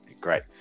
great